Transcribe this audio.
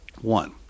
One